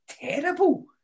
terrible